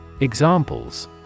Examples